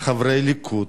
חברי הליכוד,